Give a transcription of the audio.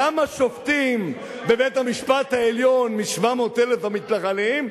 כמה שופטים בבית-המשפט העליון מ-700,000 המתנחלים?